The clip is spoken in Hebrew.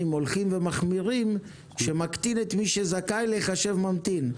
הולכים ומחמירים שמקטין את מי שזכאי להיחשב ממתין.